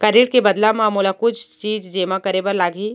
का ऋण के बदला म मोला कुछ चीज जेमा करे बर लागही?